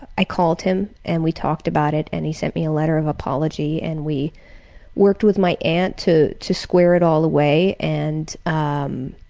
i called him and we talked about it and he sent me a letter of apology and we worked with my aunt to to square it all away, and um